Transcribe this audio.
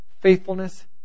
faithfulness